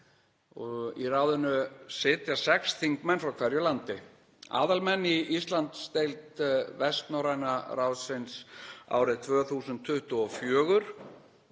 Í ráðinu sitja sex þingmenn frá hverju landi. Aðalmenn í Íslandsdeild Vestnorræna ráðsins árið 2024,